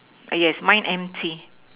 uh yes mine empty